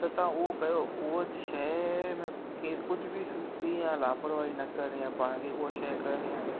त तव्हां उहो कयो उहा शइ में केर कुझु बि सुस्ती या लापरवाही न करिणी आहे पाण खे उहा शइ करिणी आहे